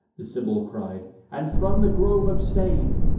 the sibyl cried, and from the grove abstain!